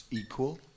equal